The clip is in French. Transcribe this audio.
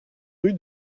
rue